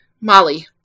Molly